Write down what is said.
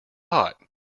hot